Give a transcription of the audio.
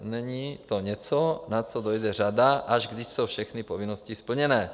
Není to něco, na co dojde řada, až když jsou všechny povinnosti splněné.